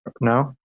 no